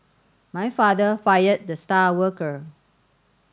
my father fired the star worker